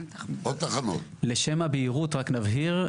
לשם הבהירות רק נבהיר,